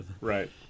Right